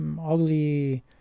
ugly